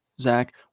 Zach